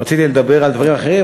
רציתי לדבר על דברים אחרים,